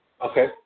Okay